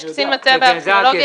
יש קצין מטה בארכיאולוגיה.